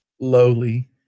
lowly